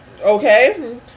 Okay